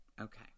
Okay